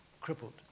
crippled